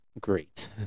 Great